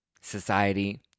society